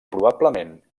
probablement